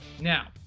Now